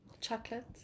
chocolate